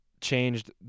changed